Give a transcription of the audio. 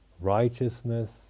righteousness